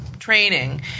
training